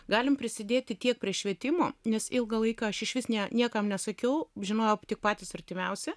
galim prisidėti tiek prie švietimo nes ilgą laiką aš išvis niekam nesakiau žinojo tik patys artimiausi